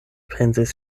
pensis